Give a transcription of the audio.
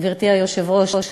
גברתי היושבת-ראש.